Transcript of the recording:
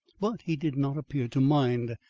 but he did not appear to mind.